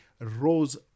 rose